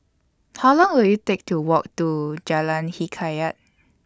How Long Will IT Take to Walk to Jalan Hikayat